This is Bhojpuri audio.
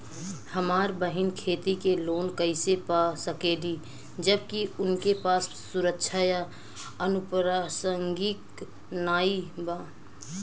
हमार बहिन खेती के लोन कईसे पा सकेली जबकि उनके पास सुरक्षा या अनुपरसांगिक नाई बा?